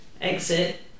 exit